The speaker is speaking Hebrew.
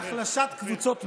חלילה להחלשת קבוצות מיעוט.